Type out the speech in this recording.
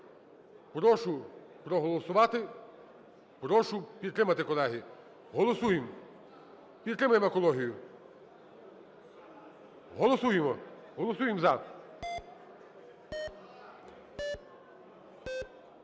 Прошу проголосувати, прошу підтримати, колеги. Голосуємо, підтримаємо екологію. Голосуємо! Голосуємо "за".